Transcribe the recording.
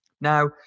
Now